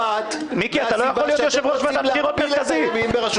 ההתנגדות שלכם נובעת מהסיבה שאתם רוצים להפיל את הימין בראשות נתניהו.